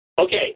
Okay